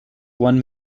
one